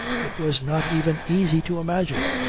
it was not even easy to imagine.